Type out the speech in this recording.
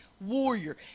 warrior